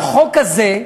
על חוק כזה,